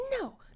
No